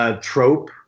trope